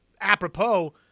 apropos